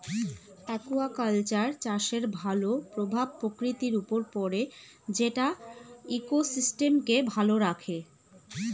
aquaculture চাষের ভালো প্রভাব প্রকৃতির উপর পড়ে যেটা ইকোসিস্টেমকে ভালো রাখে